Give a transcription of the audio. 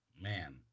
Man